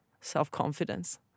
self-confidence